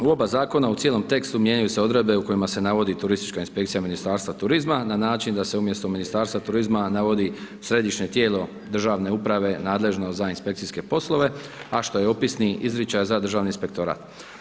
U oba Zakona u cijelom tekstu mijenjaju se odredbe u kojima se navodi turistička inspekcija Ministarstva turizma, na način da se umjesto Ministarstva turizma navodi središnje tijelo državne uprave nadležno za inspekcijske poslove, a što je opisni izričaj za Državni inspektorat.